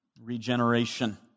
regeneration